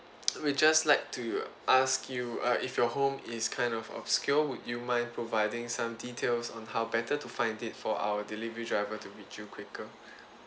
we just like to ask you uh if your home is kind of obscure would you mind providing some details on how better to find it for our delivery driver to reach you quicker